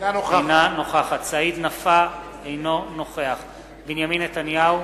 אינה נוכחת סעיד נפאע, אינו נוכח בנימין נתניהו,